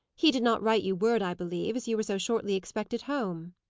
he did not write you word, i believe, as you were so shortly expected home.